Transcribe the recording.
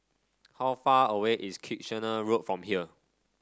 how far away is Kitchener Road from here